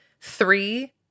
three